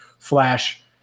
flash